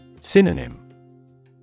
Synonym